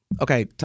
Okay